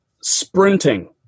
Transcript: sprinting